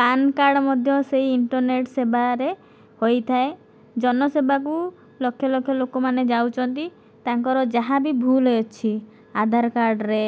ପାନ card ମଧ୍ୟ ସେଇ internet ସେବାରେ ହୋଇଥାଏ ଜନସେବାକୁ ଲକ୍ଷ ଲକ୍ଷ ଲୋକମାନେ ଯାଉଛନ୍ତି ତାଙ୍କର ଯାହା ବି ଭୁଲ ଅଛି ଆଧାର କାର୍ଡ଼ରେ